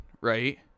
right